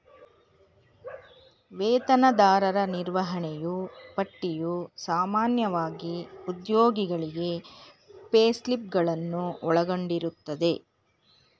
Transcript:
ವೇತನದಾರರ ನಿರ್ವಹಣೆಯೂ ಪಟ್ಟಿಯು ಸಾಮಾನ್ಯವಾಗಿ ಉದ್ಯೋಗಿಗಳಿಗೆ ಪೇಸ್ಲಿಪ್ ಗಳನ್ನು ಒಳಗೊಂಡಿರುತ್ತದೆ